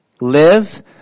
live